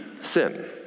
sin